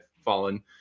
fallen